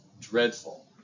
dreadful